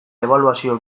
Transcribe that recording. ebaluazio